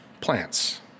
plants